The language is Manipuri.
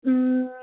ꯎꯝ